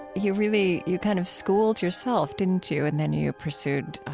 you really you kind of schooled yourself, didn't you? and then you pursued